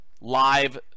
live